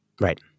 Right